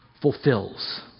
fulfills